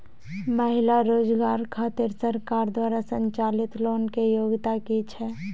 महिला रोजगार खातिर सरकार द्वारा संचालित लोन के योग्यता कि छै?